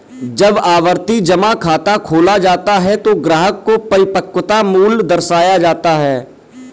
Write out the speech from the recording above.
जब आवर्ती जमा खाता खोला जाता है तो ग्राहक को परिपक्वता मूल्य दर्शाया जाता है